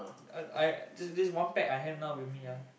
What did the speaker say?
I I this this one pack I have now with me ah